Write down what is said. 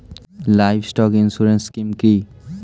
Livestock insurance scheme কি?